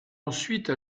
ensuite